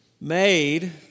made